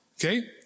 Okay